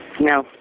No